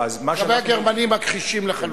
לגבי הגרמנים, מכחישים לחלוטין.